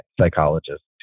psychologist